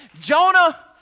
Jonah